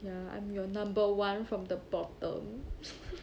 ya I'm your number one from the bottom